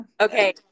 Okay